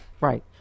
right